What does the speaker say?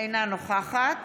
אינה נוכחת